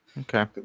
okay